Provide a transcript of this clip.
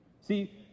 See